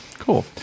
Cool